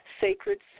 Sacred